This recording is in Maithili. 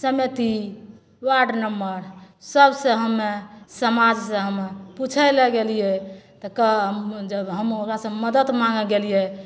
समिति वार्ड मेम्बर सबसे हमे समाजसे हमे पुछै ले गेलिए तऽ के हम जब हम ओकरासे मदति माँगै गेलिए